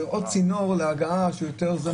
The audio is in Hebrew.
הקונסוליה זה רק צינור להגעה של הבקשות.